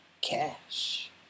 cash